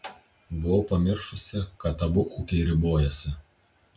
buvau pamiršusi kad abu ūkiai ribojasi